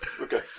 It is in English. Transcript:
Okay